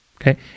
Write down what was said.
Okay